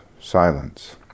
silence